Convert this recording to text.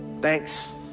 Thanks